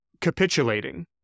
capitulating